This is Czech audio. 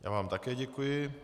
Já vám také děkuji.